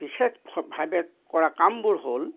বিশেষভাৱে কৰা কামবোৰ হ'ল